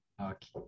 okay